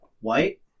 white